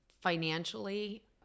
financially